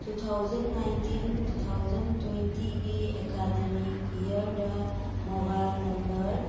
two thousand nineteen two thousand ꯇ꯭ꯋꯦꯟꯇꯤꯒꯤ academic ꯏꯌꯥꯔꯗ mobile number